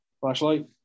Flashlight